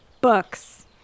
Books